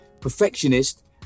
perfectionist